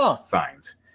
signs